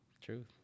Truth